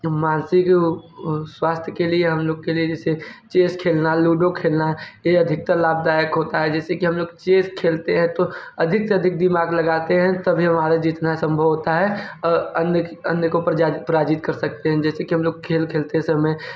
जो मानसिक ओ ओ स्वास्थय के लिए हम लोग के लिए जैसे चेस खेलना लूडो खेलना यह अधिकतर लाभदायक होता है जैसे कि हम लोग चेस खेलते हैं तो तो अधिक से अधिक दिमाग लगाते हैं तभी हमारा जीतना सम्भव होता है और अंध को पराजित कर सकते हैं जैसे कि हम लोग खेल खेलते समय